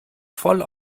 voll